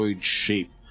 shape